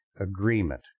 agreement